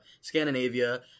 scandinavia